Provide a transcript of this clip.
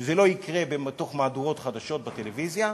שזה לא יקרה בתוך מהדורות חדשות בטלוויזיה,